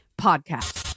Podcast